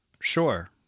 Sure